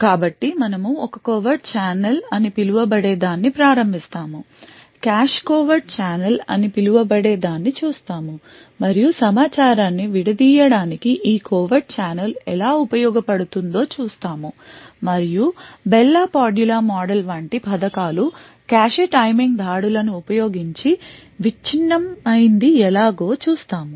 కాబట్టి మనము ఒక కోవర్ట్ ఛానెల్ అని పిలువబడే దానితో ప్రారంభిస్తాము కాష్ కోవర్ట్ ఛానల్ అని పిలువబడే దాన్ని చూస్తాము మరియు సమాచారాన్ని విడదీయడానికి ఈ కోవర్ట్ ఛానెల్ ఎలా ఉపయోగపడుతుందో చూస్తాము మరియు బెల్ లా పాడులా మోడల్ వంటి పథకాలు కాష్ టైమింగ్ దాడులను ఉపయోగించి విచ్ఛిన్నమైంది ఎలాగో చూస్తాము